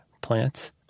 plants